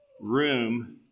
room